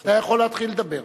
אתה יכול להתחיל לדבר.